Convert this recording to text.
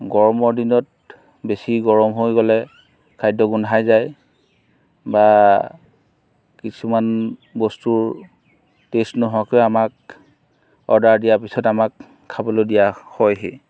গৰমৰ দিনত বেছি গৰম হৈ গ'লে খাদ্য গোন্ধাই যায় বা কিছুমান বস্তু টেষ্ট নোহোৱাকৈ আমাক অৰ্ডাৰ দিয়াৰ পাছত আমাক খাবলৈ দিয়া হয়হি